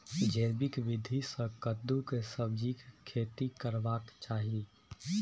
जैविक विधी से कद्दु के सब्जीक खेती करबाक चाही?